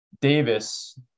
Davis